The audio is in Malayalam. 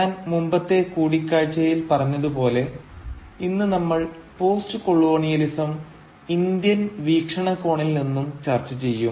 ഞാൻ മുമ്പത്തെ കൂടിക്കാഴ്ചയിൽ പറഞ്ഞതുപോലെ ഇന്ന് നമ്മൾ പോസ്റ്റ് കൊളോണിയലിസം ഇന്ത്യൻ വീക്ഷണ കോണിൽ നിന്നും ചർച്ച ചെയ്യും